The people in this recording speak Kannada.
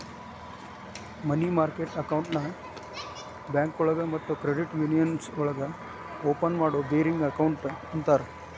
ಮನಿ ಮಾರ್ಕೆಟ್ ಅಕೌಂಟ್ನ ಬ್ಯಾಂಕೋಳಗ ಮತ್ತ ಕ್ರೆಡಿಟ್ ಯೂನಿಯನ್ಸ್ ಒಳಗ ಓಪನ್ ಮಾಡೋ ಬೇರಿಂಗ್ ಅಕೌಂಟ್ ಅಂತರ